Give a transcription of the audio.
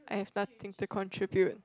I have nothing to contribute